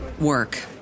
work